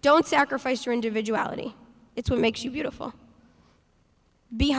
don't sacrifice your individuality it's what makes you beautiful be